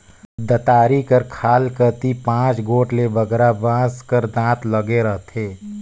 दँतारी कर खाल कती पाँच गोट ले बगरा बाँस कर दाँत लगे रहथे